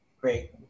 great